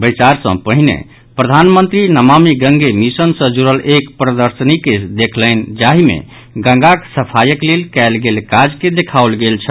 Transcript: बैसार सँ पहिने प्रधानमंत्री नमामि गंगे मिशन सँ जुड़ल एक प्रदर्शनी के देखलनि जाहि मे गंगाक सफाईक लेल कयल गेल काज के देखओल गेल छल